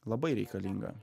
labai reikalinga